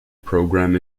program